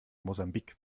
mosambik